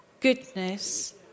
goodness